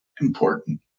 important